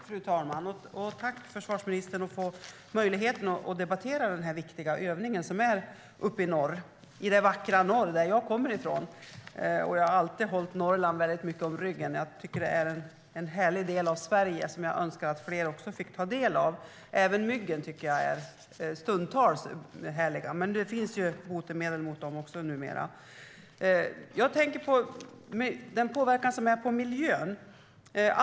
Fru talman! Jag tackar försvarsministern för möjligheten att debattera den här viktiga övningen uppe i norr - det vackra norr, som jag kommer ifrån. Jag har alltid hållit Norrland väldigt mycket om ryggen; jag tycker att det är en härlig del av Sverige som jag önskar att fler fick ta del av. Även myggen tycker jag stundtals är härliga, men det finns ju botemedel mot dem numera. Jag tänker på den påverkan på miljön som sker.